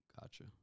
Gotcha